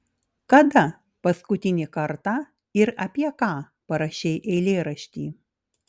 kada paskutinį kartą ir apie ką parašei eilėraštį